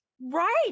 right